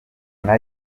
nka